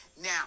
Now